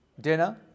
dinner